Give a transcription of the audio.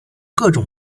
各种